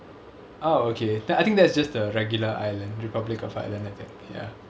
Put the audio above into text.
oh okay then I think that's just the regular ireland republic of ireland I think ya